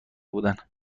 بودن